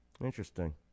Interesting